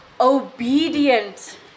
obedient